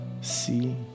see